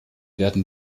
werden